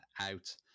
out